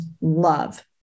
love